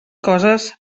coses